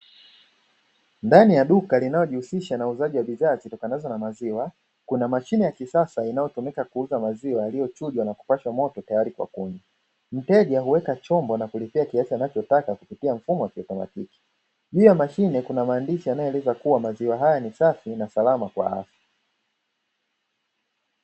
Ndani ya duka linalojihusisha na uuzaji wa bidhaa zitokanazo na maziwa, kuna mashine ya kisasa inayotumika kuuza maziwa yaliyochujwa na kupashwa moto tayari kwa kunywa, mteja huweka chombo na kulipia kiasi anachotaka kupitia mfumo wa kiotomatiki, juu ya mashine kuna maandishi yanayoeleza kuwa maziwa haya ni safi na salama kwa afya.